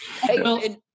Hey